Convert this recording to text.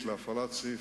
הודעתו,